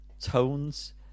tones